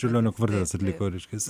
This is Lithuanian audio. čiurlionio kvartetas atliko reiškas